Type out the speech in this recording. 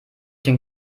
den